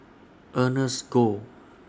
Ernest Goh